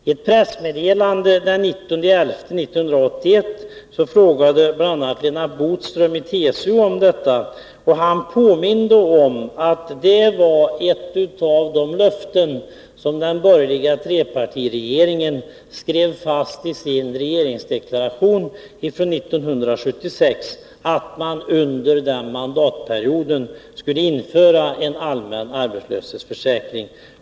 I ett pressmeddelande den 19 november 1981 frågade Lennart Bodström i TCO bl.a. om detta, och han påminde om att ett av de löften som den borgerliga trepartiregeringen skrev ini sin regeringsdeklaration år 1976 var att under mandatperioden införa en allmän arbetslöshetsförsäkring.